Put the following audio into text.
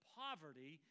poverty